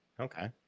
Okay